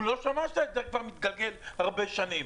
הוא לא שמע שהעסק כבר מתגלגל הרבה שנים.